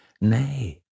Nay